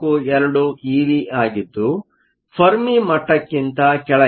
42 eV ಆಗಿದ್ದು Fermi ಮಟ್ಟಕ್ಕಿಂತ ಕೆಳಗಿದೆ